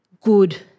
good